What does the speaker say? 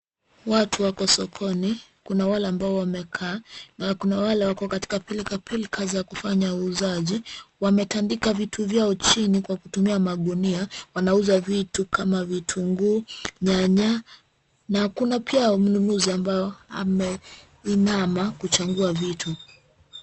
Watu wako sokoni. Kuna wale ambao wamekaa na kuna wale wako katika pilkapilka za kufanya uuzaji. Wametandika vitu vyao chini kwa kutumia magunia. Wanauza vitu kama vitunguu, nyanya na kuna pia mnunuzi ambao ameinama kuchagua vitu.